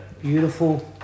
Beautiful